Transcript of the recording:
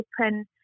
open